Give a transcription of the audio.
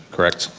correct?